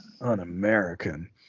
Un-American